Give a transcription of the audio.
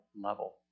level